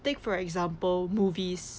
take for example movies